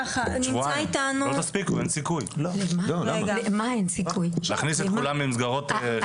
לא תספיקו להכניס את כולם למסגרות.